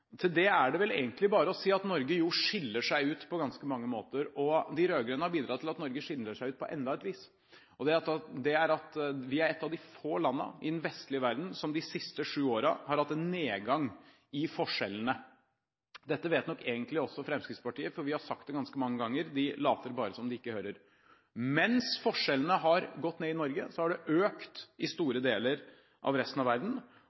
Til det er det vel egentlig bare å si at Norge jo skiller seg ut på ganske mange måter, og de rød-grønne har bidratt til at Norge skiller seg ut på enda et vis. Det er at vi er et av de få landene i den vestlige verden som de siste sju årene har hatt en nedgang i forskjellene. Dette vet nok egentlig også Fremskrittspartiet, for vi har sagt det ganske mange ganger. De later bare som om de ikke hører. Mens forskjellene har gått ned i Norge, har de økt i store deler av resten av verden.